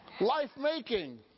life-making